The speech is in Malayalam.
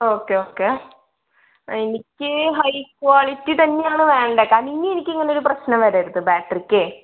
ഓക്കെ ഓക്കെ എനിക്ക് ഹൈ ക്വാളിറ്റി തന്നെയാണ് വേണ്ടത് കാര്യം ഇനി എനിക്കിനി ഇങ്ങനെ ഒരു പ്രശ്നം വരരുത് ബാറ്ററിക്കേ